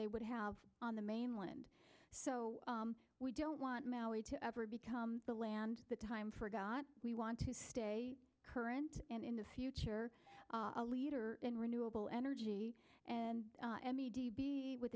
they would have on the mainland so we don't want to ever become the land that time forgot we want to stay current and in the future a leader in renewable energy and with